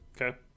okay